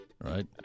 right